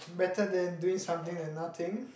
better than doing something than nothing